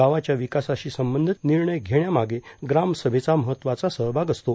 गावाच्या विकासाशी संबंधित विभीन्न निर्णय घेण्यामागे ग्रामसभेचा महत्वाचा सहभाग असतो